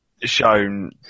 shown